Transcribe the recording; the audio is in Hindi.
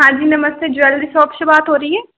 हाँ जी नमस्ते ज्वेलरी शॉप से बात हो रही है